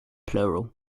plural